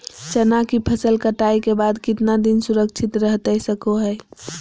चना की फसल कटाई के बाद कितना दिन सुरक्षित रहतई सको हय?